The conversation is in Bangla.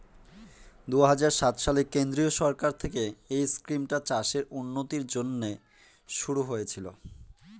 দুই হাজার সাত সালে কেন্দ্রীয় সরকার থেকে এই স্কিমটা চাষের উন্নতির জন্যে শুরু হয়েছিল